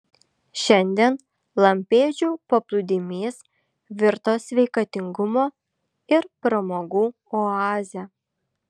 šiandien lampėdžių paplūdimys virto sveikatingumo ir pramogų oaze